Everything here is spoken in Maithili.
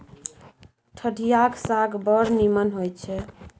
ठढियाक साग बड़ नीमन होए छै